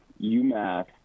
UMass